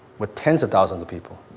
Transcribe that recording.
with tens of thousands of people.